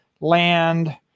land